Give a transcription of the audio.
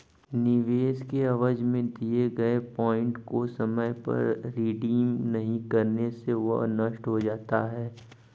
निवेश के एवज में दिए गए पॉइंट को समय पर रिडीम नहीं करने से वह नष्ट हो जाता है